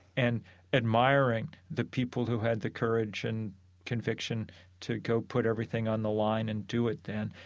and admiring the people who had the courage and conviction to go put everything on the line and do it then.